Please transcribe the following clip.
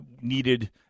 needed